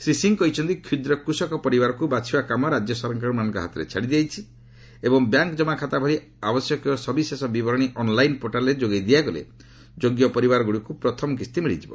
ଶ୍ରୀ ସିଂହ କହିଛନ୍ତି କ୍ଷୁଦ୍ର କୃଷକ ପରିବାରକୁ ବାଛିବା କାମ ରାଜ୍ୟ ସରକାରମାନଙ୍କ ହାତରେ ଛାଡ଼ି ଦିଆଯାଇଛି ଏବଂ ବ୍ୟାଙ୍କ୍ ଜମାଖାତା ଭଳି ଆବଶ୍ୟକୀୟ ସବିଶେଷ ବିବରଣୀ ଅନ୍ଲାଇନ୍ ପୋର୍ଟାଲ୍ରେ ଯୋଗାଇ ଦିଆଗଲେ ଯୋଗ୍ୟ ପରିବାରଗୁଡ଼ିକୁ ପ୍ରଥମ କିସ୍ତି ମିଳିଯିବ